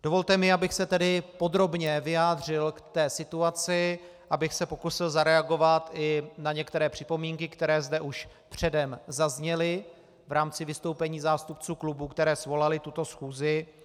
Dovolte mi, abych se tedy podrobně vyjádřil k té situaci, abych se pokusil zareagovat i na některé připomínky, které zde už předem zazněly v rámci vystoupení zástupců klubů, které svolaly tuto schůzi.